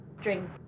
drink